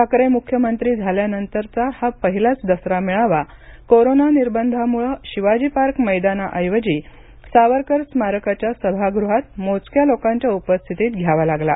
ठाकरे मुख्यमंत्री झाल्यानंतरचा हा पहिलाच दसरा मेळावा कोरोना निर्बंधामुळे शिवाजी पार्क मैदाना ऐवजी सावरकर स्मारकाच्या सभागृहात मोजक्या लोकांच्या उपस्थितीत घ्यावा लागला